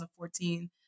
2014